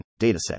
Dataset